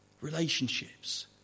Relationships